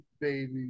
baby